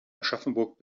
aschaffenburg